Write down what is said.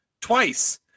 twice